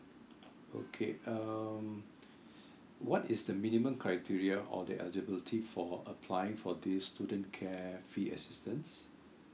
okay um what is the minimum criteria or the eligibility for applying for this student care fee assistance